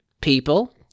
people